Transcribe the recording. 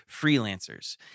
freelancers